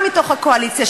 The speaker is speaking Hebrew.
גם מתוך הקואליציה,